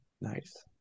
Nice